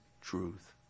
truth